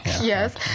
Yes